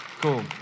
Cool